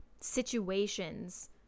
situations